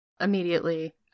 immediately